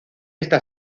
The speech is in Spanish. está